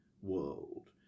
world